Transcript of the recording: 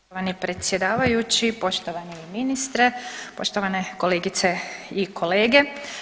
Poštovani predsjedavajući, poštovani ministre, poštovane kolegice i kolege.